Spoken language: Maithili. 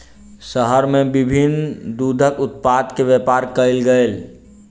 शहर में विभिन्न दूधक उत्पाद के व्यापार कयल गेल